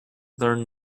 learn